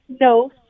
no